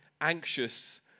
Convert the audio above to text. anxious